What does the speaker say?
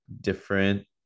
different